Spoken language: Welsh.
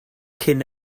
cyn